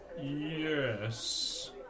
Yes